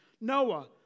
Noah